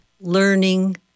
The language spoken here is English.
Learning